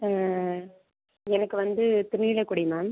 எனக்கு வந்து திருவிடைக்குடி மேம்